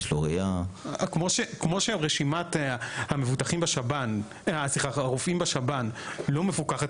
כמו שרשימת הרופאים בשב"ן לא מפוקחת